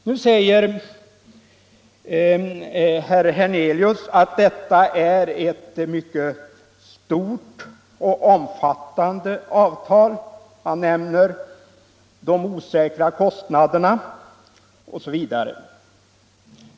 Nu säger herr Hernelius att detta är ett mycket stort och omfattande avtal. Han nämner de osäkra kostnaderna osv.